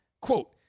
quote